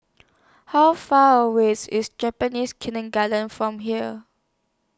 How Far away IS IS Japanese Kindergarten from here